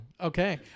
Okay